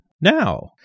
now